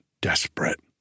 desperate